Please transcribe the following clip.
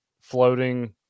floating